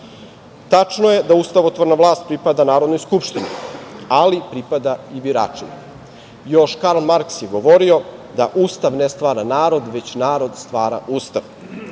delu. Tačno je da ustavotvorna vlast pripada Narodnoj skupštini, ali pripada i biračima. Još Karl Marks je govorio da Ustav ne stvara narod, već narod stvara Ustav.